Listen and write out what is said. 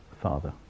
Father